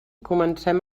comencem